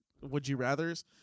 would-you-rathers